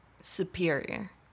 Superior